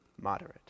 moderate